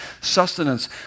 Sustenance